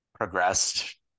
progressed